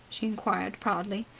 she inquired proudly.